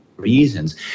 reasons